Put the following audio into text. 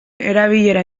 erabilera